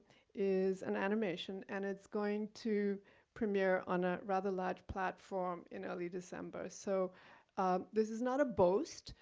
is an animation and it's going to premiere on a rather large platform in early december. so this is not a boast,